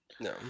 No